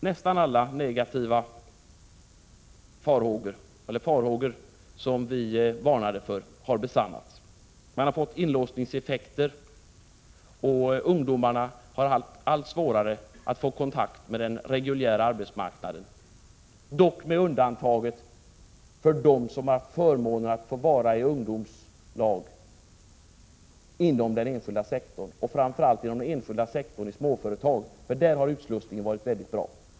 Nästan alla farhågor som vi varnade för när det gäller ungdomslagen har besannats. Man har fått inlåsningseffekter, och ungdomarna har allt svårare att få kontakt med den reguljära arbetsmarknaden, dock med undantag för de ungdomar som har haft förmånen att få vara i ungdomslag inom den enskilda sektorn och framför allt inom den enskilda sektorn i småföretag, där utslussningen har varit mycket bra.